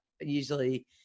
usually